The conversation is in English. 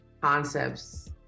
concepts